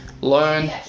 learn